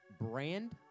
brand